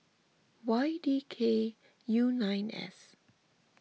Y D K U nine S